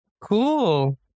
Cool